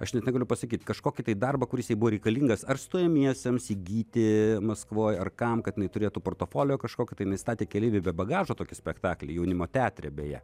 aš net negaliu pasakyti kažkokį tai darbą kuris jai buvo reikalingas ar stojamiesiems įgyti maskvoj ar kam kad jinai turėtų portofolio kažkokį jinai statė keleiviai be bagažo tokį spektaklį jaunimo teatre beje